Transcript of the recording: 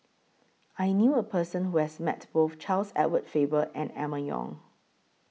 I knew A Person with Met Both Charles Edward Faber and Emma Yong